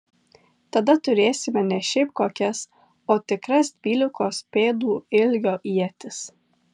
tada turėsime ne šiaip kokias o tikras dvylikos pėdų ilgio ietis